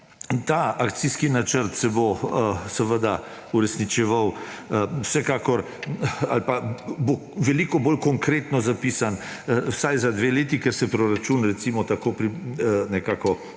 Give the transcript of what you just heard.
Ta akcijski načrt se bo seveda uresničeval vsekakor; ali pa bo veliko bolj konkretno zapisan vsaj za dve leti, ker se proračun nekako